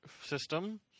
system